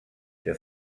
der